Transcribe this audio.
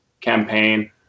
campaign